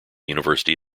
university